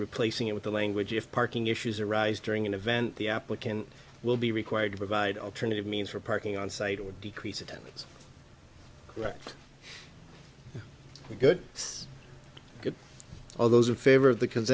replacing it with the language if parking issues arise during an event the applicant will be required to provide alternative means for parking on site or decrease attendance right good it's good all those in favor of the co